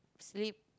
sleep